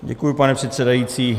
Děkuji, pane předsedající.